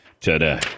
today